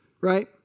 right